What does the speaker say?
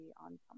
on